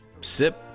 sip